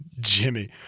Jimmy